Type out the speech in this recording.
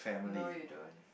no you don't